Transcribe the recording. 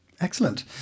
Excellent